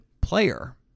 player